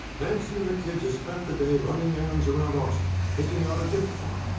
nancy and the kids had spent the day running errands around austin, picking out a gift from.